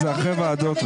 זה רק אחרי ועדות.